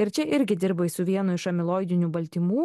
ir čia irgi dirbai su vienu iš amiloidinių baltymų